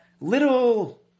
little